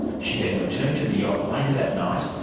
she then returned to the yacht later that night,